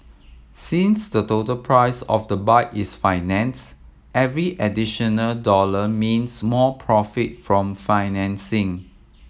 since the total price of the bike is financed every additional dollar means more profit from financing